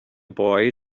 boy